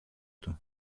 του